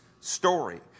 story